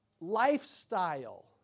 Lifestyle